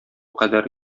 кадәр